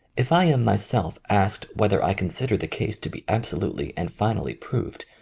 if i am my self asked whether i consider the case to be absolutely and finally proved,